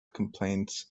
complaints